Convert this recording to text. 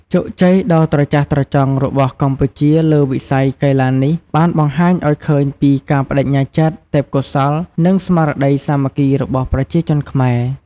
ជោគជ័យដ៏ត្រចះត្រចង់របស់កម្ពុជាលើវិស័យកីឡានេះបានបង្ហាញឱ្យឃើញពីការប្តេជ្ញាចិត្ត ទេពកោសល្យ និងស្មារតីសាមគ្គីរបស់ប្រជាជនខ្មែរ។